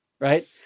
right